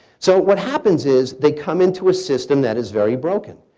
so what happens is they come into a system that is very broken.